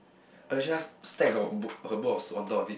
Alicia just stack her own book her books of on top of it